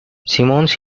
simmons